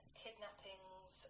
kidnappings